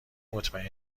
مطمئن